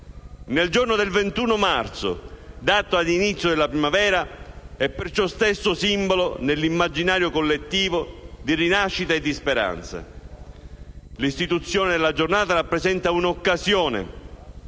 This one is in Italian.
Nel giorno del 21 marzo, data di inizio della primavera e per ciò stesso simbolo, nell'immaginario collettivo, di rinascita e di speranza, l'istituzione della giornata rappresenta un'occasione